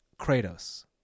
Kratos